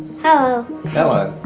hello hello.